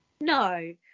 no